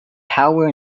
power